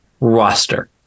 roster